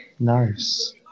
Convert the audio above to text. Nice